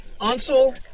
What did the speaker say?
Ansel